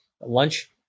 lunch